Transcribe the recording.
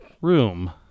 room